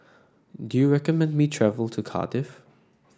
do you recommend me travel to Cardiff